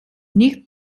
nicht